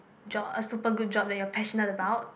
job a super good job that you're passionate about